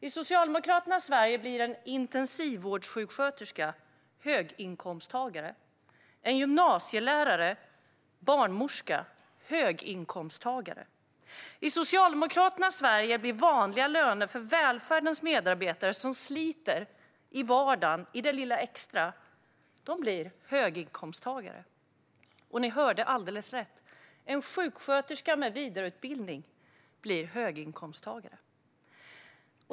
I Socialdemokraternas Sverige blir en intensivvårdssjuksköterska, en gymnasielärare eller en barnmorska höginkomsttagare. I Socialdemokraternas Sverige blir de med vanliga löner, välfärdens medarbetare som sliter i vardagen och gör det lilla extra, höginkomsttagare. Ni hörde alldeles rätt: En sjuksköterska med vidareutbildning blir höginkomsttagare.